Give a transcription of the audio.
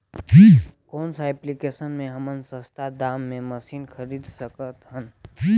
कौन सा एप्लिकेशन मे हमन सस्ता दाम मे मशीन खरीद सकत हन?